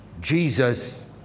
Jesus